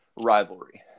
rivalry